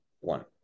one